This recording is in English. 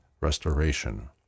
restoration